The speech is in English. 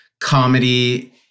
comedy